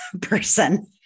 person